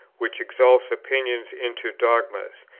which exalts opinions into dogmas,